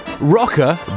Rocker